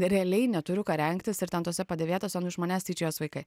realiai neturiu ką rengtis ir ten tuose padėvėtuose nu iš manęs tyčiojas vaikai